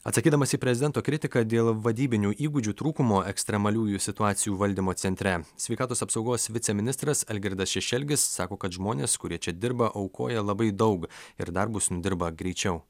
atsakydamas į prezidento kritiką dėl vadybinių įgūdžių trūkumo ekstremaliųjų situacijų valdymo centre sveikatos apsaugos viceministras algirdas šešelgis sako kad žmonės kurie čia dirba aukoja labai daug ir darbus nudirba greičiau